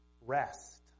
rest